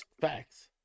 facts